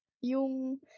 yung